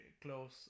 close